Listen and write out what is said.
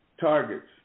targets